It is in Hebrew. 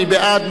מי בעד?